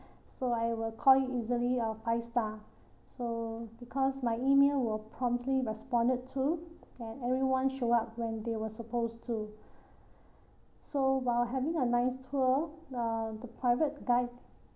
so I will call it easily a five star so because my email were promptly responded to and everyone show up when they were supposed to so while having a nice tour uh the private guide